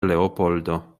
leopoldo